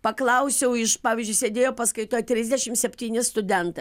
paklausiau iš pavyzdžiui sėdėjo paskaitoje trisdešimt septyni studentai